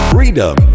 Freedom